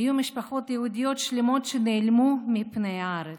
היו משפחות יהודיות שלמות שנעלמו מפני הארץ.